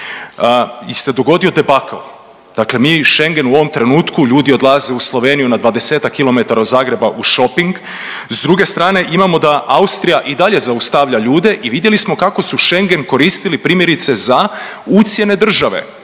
se dogodio debakl. Dakle, mi Schengen u ovom trenutku, ljudi odlaze u Sloveniju na dvadesetak kilometara od Zagreba u shopping. S druge strane imamo da Austrija i dalje zaustavlja ljude i vidjeli smo kako su Schengen koristili primjerice za ucjene države.